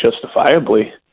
justifiably